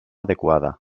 adequada